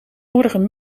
morgen